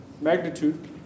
magnitude